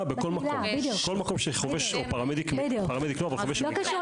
לא קשור